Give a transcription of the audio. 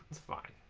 its fine